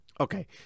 Okay